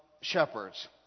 shepherds